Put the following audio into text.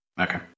Okay